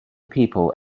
people